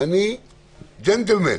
אני ג'נטלמן.